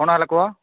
କ'ଣ ହେଲା କୁହ